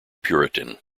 puritan